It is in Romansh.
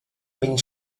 vegn